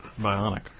Bionic